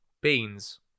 Beans